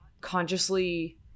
consciously